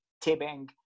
tipping